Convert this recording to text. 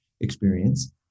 experience